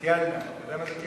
אתה יודע מה זה,